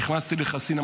נכנסתי לחסין.